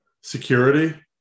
security